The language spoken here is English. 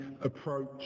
approach